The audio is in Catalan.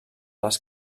les